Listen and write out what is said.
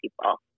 people